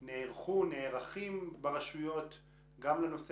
ברשויות נערכו או נערכים גם לנושא